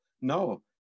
No